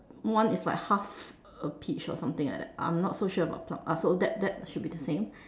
one is like half a peach or something like that I'm not so sure about plum uh so that that should be the same